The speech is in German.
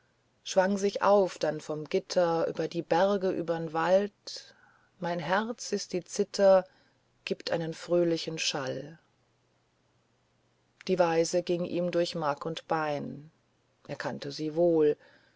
schwang sich auf dann vom gitter über die berge übern wald mein herz ist die zither gibt einen fröhlichen schall die weise ging ihm durch mark und bein er kannte sie wohl